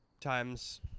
times